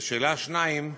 לשאלה 2,